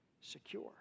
secure